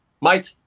Mike